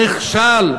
נכשל.